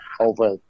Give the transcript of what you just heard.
over